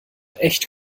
echt